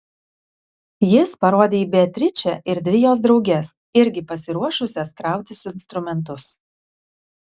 jis parodė į beatričę ir dvi jos drauges irgi pasiruošusias krautis instrumentus